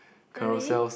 really